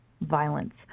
violence